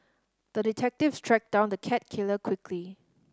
the detective tracked down the cat killer quickly